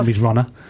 runner